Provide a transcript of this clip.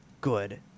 good